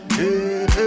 hey